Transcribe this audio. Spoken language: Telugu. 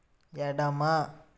ఎడమ